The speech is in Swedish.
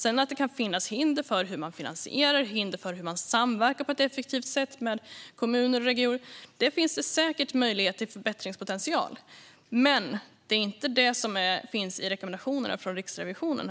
Sedan kan det finnas hinder för finansiering och samverkan på ett effektivt sätt med kommuner och regioner, och där finns det säkert en förbättringspotential. Men det är inte det som står i rekommendationerna från Riksrevisionen.